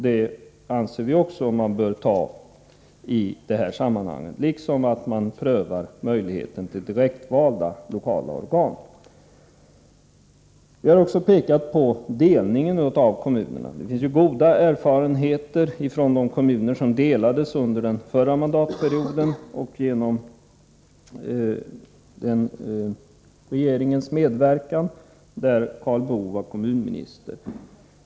Det anser vi att man bör ta upp i det här sammanhanget, liksom man bör pröva möjligheterna till direktvalda lokala organ. Vi har också pekat på delningen av kommuner. Det finns ju goda erfarenheter från de kommuner som delades under den förra mandatperioden genom den regerings medverkan där Karl Boo var kommunminister.